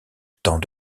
tant